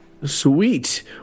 Sweet